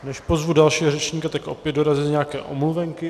Než pozvu dalšího řečníka, tak opět dorazily nějaké omluvenky.